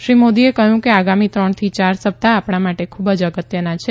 શ્રી મોદીએ કહયું કે આગામી ત્રણ થી ચાર સપ્તાહ આપણા માટે ખૂબ જ અગત્યના છે